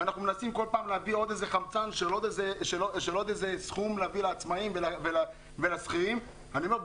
ומנסים להביא עוד חמצן של עוד סכום לעצמאים ולשכירים אני אומר,